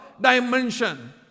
dimension